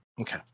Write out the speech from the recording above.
okay